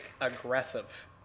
aggressive